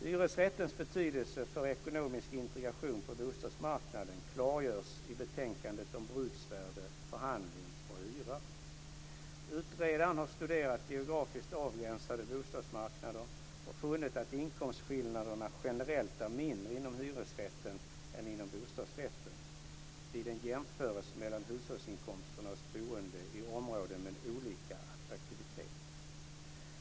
Hyresrättens betydelse för ekonomisk integration på bostadsmarknaden klargörs i betänkandet Utredaren har studerat geografiskt avgränsade bostadsmarknader och funnit att inkomstskillnaderna generellt är mindre inom hyresrätten än inom bostadsrätten, vid en jämförelse mellan hushållsinkomsterna hos boende i områden med olika attraktivitet.